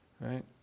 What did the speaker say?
right